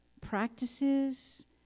practices